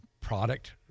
product